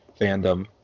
fandom